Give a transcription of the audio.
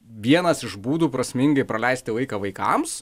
vienas iš būdų prasmingai praleisti laiką vaikams